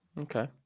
Okay